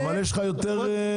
אבל יש לך יותר היצע.